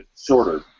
shorter